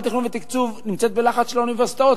הוועדה לתכנון ותקצוב נמצאת בלחץ של האוניברסיטאות.